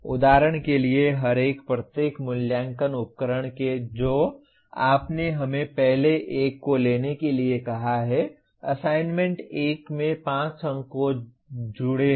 उदाहरण के लिए हर एक प्रत्येक मूल्यांकन उपकरण जो आपने हमें पहले एक को लेने के लिए कहा है असाइनमेंट 1 में 5 अंक जुड़े हैं